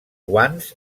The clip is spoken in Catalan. guants